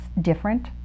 different